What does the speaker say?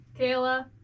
Kayla